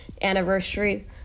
Anniversary